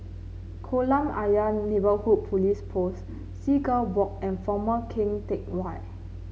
Kolam Ayer Neighbourhood Police Post Seagull Walk and Former Keng Teck Whay